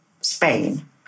Spain